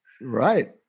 Right